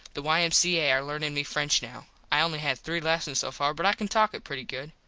the y m c a. are learnin me french now. i only had three lessons so far but i can talk it pretty good.